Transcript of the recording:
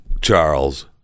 Charles